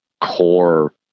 core